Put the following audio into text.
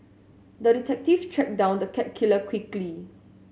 the detective tracked down the cat killer quickly